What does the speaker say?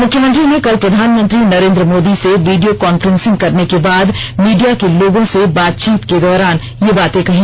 मुख्यमंत्री ने कल प्रधानमंत्री नरेन्द्र मोदी से वीडियो कांफ्रेसिंग करने के बाद मीडिया के लोगों से बातचीत के दौरान ये बाते कहीं